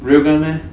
real gun meh